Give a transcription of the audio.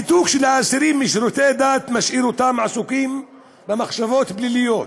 הניתוק של האסירים משירותי דת משאיר אותם עסוקים במחשבות פליליות,